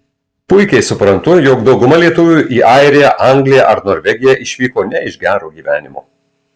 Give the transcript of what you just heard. puikiai suprantu jog dauguma lietuvių į airiją angliją ar norvegiją išvyko ne iš gero gyvenimo